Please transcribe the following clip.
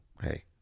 hey